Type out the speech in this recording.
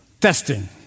testing